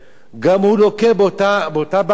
שגם הוא לוקה באותה בעיה,